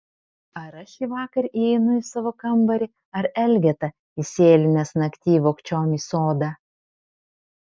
ar aš šįvakar įeinu į savo kambarį ar elgeta įsėlinęs naktyj vogčiom į sodą